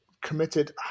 committed